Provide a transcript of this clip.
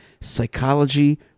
psychology